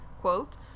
quote